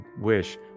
wish